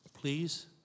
please